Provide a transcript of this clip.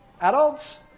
Adults